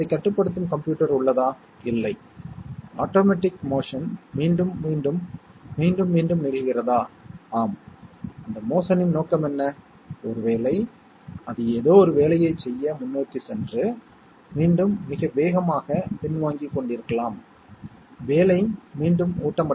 எனவே நீங்கள் இரண்டு பைட்டுகளை ஒன்றாக சேர்க்கும் போதெல்லாம் 3 பிட்களின் கூட்டல் இருக்கலாம் எனவே இதை எப்படி செய்வது என்று விரைவாகப் பார்ப்போம் 3 பிட்களின் கூட்டல்